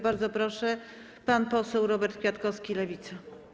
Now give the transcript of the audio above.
Bardzo proszę, pan poseł Robert Kwiatkowski, Lewica.